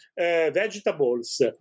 vegetables